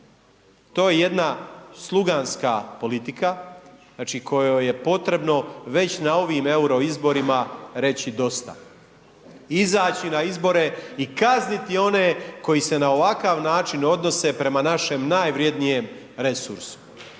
to je jedna sluganska politika, znači, kojoj je potrebno već na ovim euro izborima reći dosta, izaći na izbore i kazniti one koji se na ovakav način odnose prema našem najvrjednijem resursu.